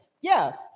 Yes